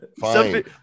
Fine